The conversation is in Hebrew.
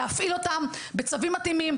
להפעיל אותם בצווים מתאימים,